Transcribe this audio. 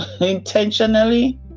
intentionally